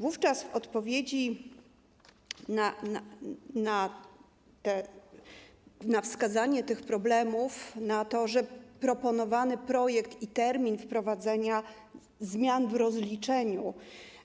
Wówczas w odpowiedzi na wskazanie tych problemów, na proponowany projekt i termin wprowadzenia zmian w rozliczeniu